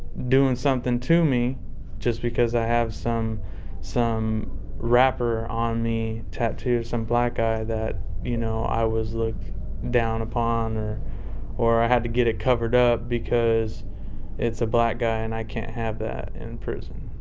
doing something to me just because i have some some rapper on me tattooed, some black guy, that you know i was looked down upon or or i had to get it covered up because it's a black guy and i can't have that in prison,